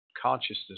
consciousness